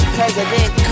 President